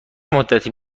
مدتی